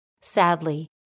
Sadly